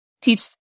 teach